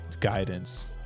guidance